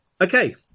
okay